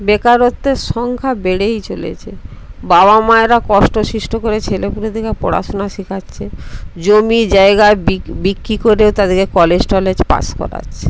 বেকারত্বের সংখ্যা বেড়েই চলেছে বাবা মায়েরা কষ্ট শিষ্ট করে ছেলে পুলেদেরকে পড়াশুনা শিখাচ্ছে জমি জায়গা বিক্রি করে তাদেরকে কলেজ টলেজ পাশ করাচ্ছে